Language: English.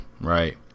right